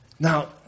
Now